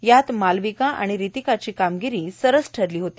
यात मालविका आणि रितिकाची कामगिरी सरस ठरली होती